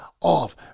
off